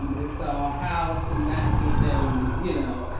um and so how to not get them, you know,